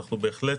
אנחנו בהחלט